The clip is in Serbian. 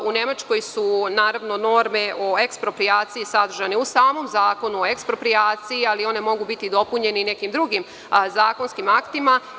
U Nemačkoj su naravno norme o eksproprijaciji sadržane u samom zakonu o eksproprijaciji, ali one mogu biti dopunjene i nekim drugim zakonskim aktima.